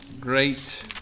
Great